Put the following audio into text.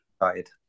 excited